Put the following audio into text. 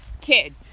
kid